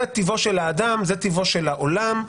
זה טיבו של האדם, זה טיבו של העולם,